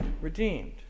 redeemed